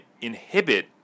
inhibit